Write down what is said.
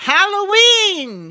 Halloween